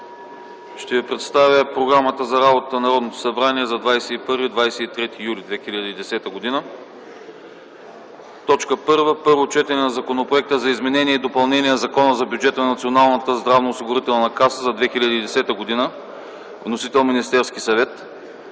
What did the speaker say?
Ще ви представя Програмата за работата на Народното събрание за 21-23 юли 2010 г.: 1. Първо четене на Законопроекта за изменение и допълнение на Закона за бюджета на Националната здравноосигурителна каса за 2010 г. Вносител е Министерският съвет.